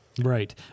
Right